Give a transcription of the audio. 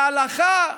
והלכה,